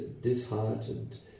disheartened